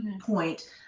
point